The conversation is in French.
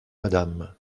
madame